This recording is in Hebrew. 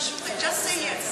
Just say yes.